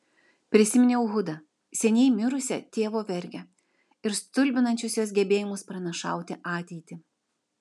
prisiminiau hudą seniai mirusią tėvo vergę ir stulbinančius jos gebėjimus pranašauti ateitį